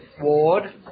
Ward